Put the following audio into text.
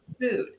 food